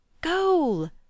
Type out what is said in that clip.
Goal